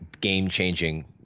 game-changing